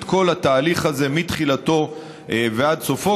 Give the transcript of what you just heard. את כל התהליך הזה מתחילתו ועד סופו,